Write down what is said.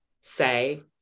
say